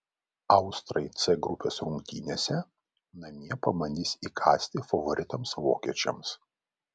austrai c grupės rungtynėse namie pabandys įkąsti favoritams vokiečiams